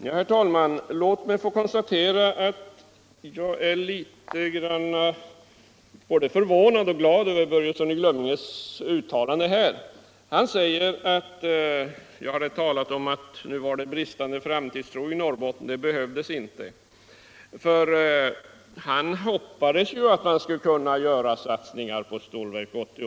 Herr talman! Låt mig få konstatera att jag är både förvånad och glad över herr Börjessons i Glömminge uttalande. Han pekade på att jag talat om att det nu finns en bristande framtidstro i Norrbotten. Det skuile inte vara nödvändigt: han hoppades att man skulle kunna göra satsningar också på Stålverk 80.